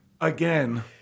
Again